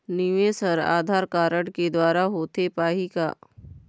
निवेश हर आधार कारड के द्वारा होथे पाही का?